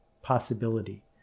Possibility